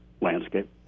landscape